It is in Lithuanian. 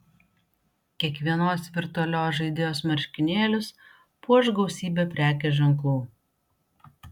kiekvienos virtualios žaidėjos marškinėlius puoš gausybė prekės ženklų